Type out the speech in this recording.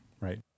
right